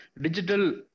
digital